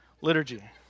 Liturgy